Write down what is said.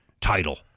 title